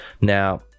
Now